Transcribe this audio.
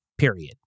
period